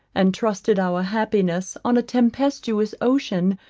and trusted our happiness on a tempestuous ocean,